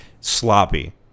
sloppy